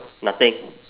nothing